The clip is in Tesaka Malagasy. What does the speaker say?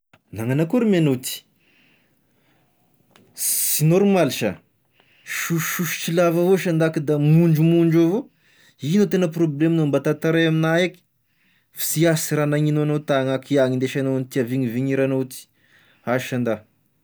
Nagnano akory me anao ty, sy normaly sha, sosisositry lava avao shandah ko da mimondrimondry avao ino e tena problemognao mba tantaray aminah eky, fa s'iaho sy raha nagnigno anao tagny aho k'iaho gn'hindesignao an'ity havignivigniranao ty, ah shandah.